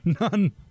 None